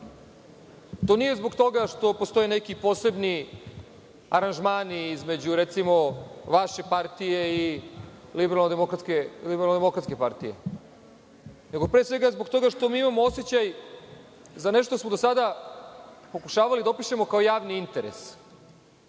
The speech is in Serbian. To nije zbog toga što postoje neki posebni aranžmani između, recimo, vaše partije i Liberalno-demokratske partije, nego pre svega zbog toga što mi imamo osećaj za nešto što smo do sada pokušavali da opišemo kao javni interes,